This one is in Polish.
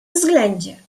względzie